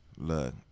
Look